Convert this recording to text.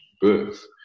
birth